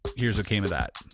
here's what came of that.